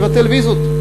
לבטל את הוויזות.